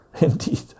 indeed